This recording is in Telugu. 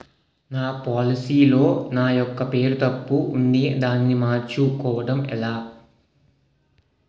నా పోలసీ లో నా యెక్క పేరు తప్పు ఉంది దానిని మార్చు కోవటం ఎలా?